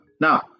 now